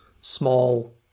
small